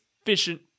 efficient